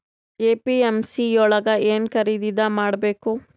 APMC ಯೊಳಗ ಏನ್ ಖರೀದಿದ ಮಾಡ್ಬೇಕು?